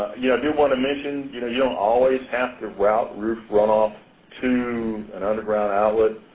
yeah i do want to mention, you know you don't always have to route roof runoff to an underground outlet.